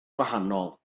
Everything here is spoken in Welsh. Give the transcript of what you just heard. gwahanol